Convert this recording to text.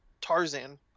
Tarzan